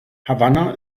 havanna